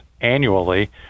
annually